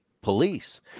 police